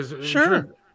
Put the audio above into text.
sure